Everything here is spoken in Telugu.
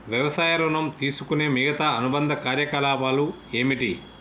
వ్యవసాయ ఋణం తీసుకునే మిగితా అనుబంధ కార్యకలాపాలు ఏమిటి?